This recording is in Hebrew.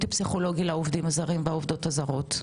פסיכולוגי לעובדים ולעובדות הזרות?